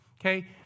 okay